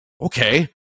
okay